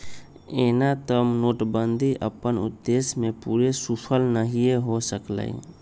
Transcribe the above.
एना तऽ नोटबन्दि अप्पन उद्देश्य में पूरे सूफल नहीए हो सकलै